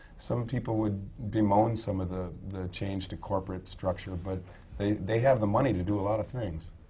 some people would bemoan some of the the change to corporate structure, but they they have the money to do a lot of things.